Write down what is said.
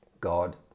God